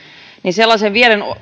sellaisen